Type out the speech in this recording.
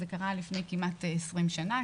זה קרה לפני כמעט 20 שנה.